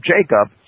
Jacob